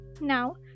now